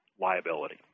liability